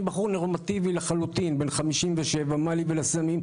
אני בחור נורמטיבי לחלוטין, בן 57. מה לי ולסמים?